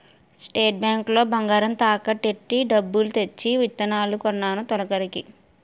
state bank లో బంగారం తాకట్టు ఎట్టి డబ్బు తెచ్చి ఇత్తనాలు కొన్నాను తొలకరికి